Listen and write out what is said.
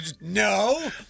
no